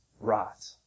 rot